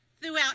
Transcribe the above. throughout